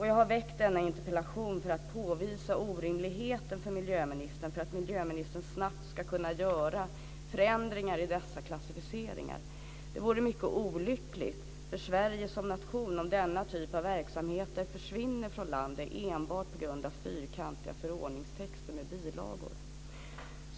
Jag har väckt denna interpellation för att påvisa orimligheten för miljöministen för att miljöministern snabbt ska kunna göra förändringar i dessa klassificieringar. Det vore mycket olyckligt för Sverige som nation om denna typ av verksamheter skulle försvinna från landet enbart på grund av fyrkantiga förordningstexter med bilagor.